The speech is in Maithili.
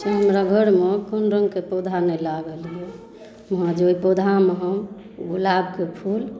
हमरा घरमे कोन रङ्गके पौधा नहि लागल यऽ वहाँ जे ओहि पौधामे हम गुलाबके फूल